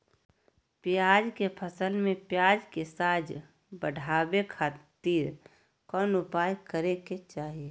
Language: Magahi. प्याज के फसल में प्याज के साइज बढ़ावे खातिर कौन उपाय करे के चाही?